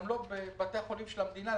גם לא בבתי החולים של המדינה.